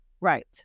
Right